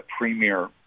premier